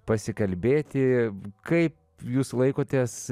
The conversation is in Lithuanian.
pasikalbėti kaip jūs laikotės